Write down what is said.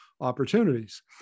opportunities